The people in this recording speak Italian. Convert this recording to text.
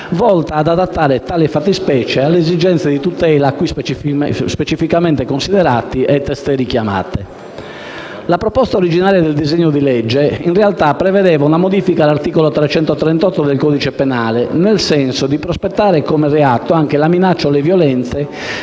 volta ad adattare tale fattispecie alle esigenze di tutela qui specificamente considerate e testé richiamate. La proposta originaria del disegno di legge in esame in realtà prevedeva una modifica all'articolo 338 del codice penale, nel senso di prospettare come reato anche la minaccia o le violenze